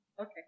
Okay